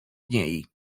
niej